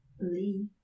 Lee